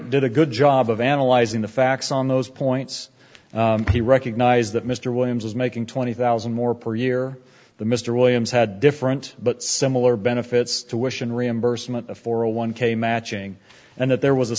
did a good job of analyzing the facts on those points he recognized that mr williams was making twenty thousand more per year the mr williams had different but similar benefits to wish and reimbursement for a one k matching and that there was a